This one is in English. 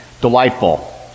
delightful